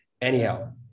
Anyhow